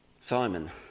Simon